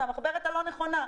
זאת המחברת הלא נכונה.